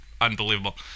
unbelievable